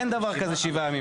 אין דבר כזה שבעה ימים.